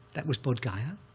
that was bodhgaya.